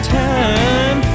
time